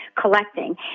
collecting